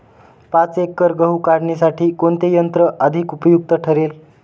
पाच एकर गहू काढणीसाठी कोणते यंत्र अधिक उपयुक्त ठरेल?